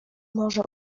może